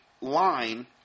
line